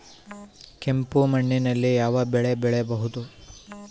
ಕೆಂಪು ಮಣ್ಣಿನಲ್ಲಿ ಯಾವ ಬೆಳೆ ಬೆಳೆಯಬಹುದು?